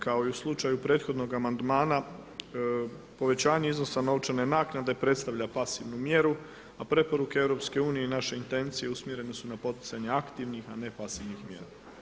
Kao i u slučaju prethodnog amandmana povećanje iznosa novčane naknade predstavlja pasivnu mjeru a preporuke EU i naše intencije usmjeren su na poticanje aktivnih a ne pasivnih mjera.